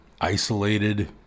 isolated